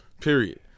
period